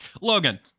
Logan